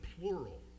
plural